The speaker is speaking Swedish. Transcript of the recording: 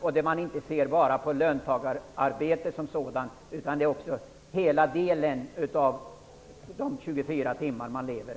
Man kan inte se bara på löntagararbetet som sådant utan på alla dygnets alla 24 timmar